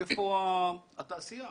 איפה התעשייה?